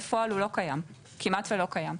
בפועל כמעט והוא לא קיים.